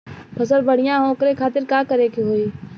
फसल बढ़ियां हो ओकरे खातिर का करे के होई?